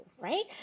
right